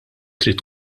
trid